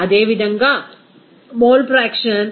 అదేవిధంగా mole fraction 0